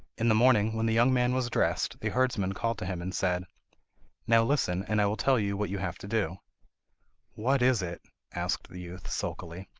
in the morning, when the young man was dressed, the herdsman called to him and said now listen, and i will tell you what you have to do what is it asked the youth, sulkily.